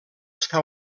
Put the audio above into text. està